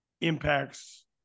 impacts